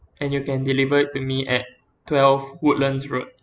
and you can deliver it to me at twelve woodlands road